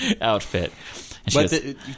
outfit